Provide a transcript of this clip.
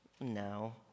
No